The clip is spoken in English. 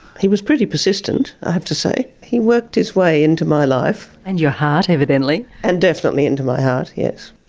he was pretty persistent, i have to say. he worked his way into my life. and your heart, evidently. and definitely into my heart, yes.